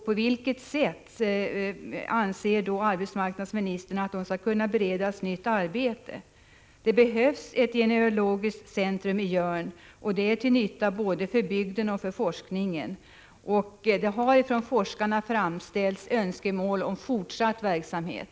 På vilket sätt anser arbetsmarknadsministern att de skall kunna beredas nytt arbete? Det behövs ett genealogiskt centrum i Jörn. Det är till nytta både för bygden och för forskningen. Det har från forskarnas sida framställts önskemål om fortsatt verksamhet.